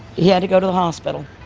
he had to go to the hospital